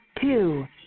Two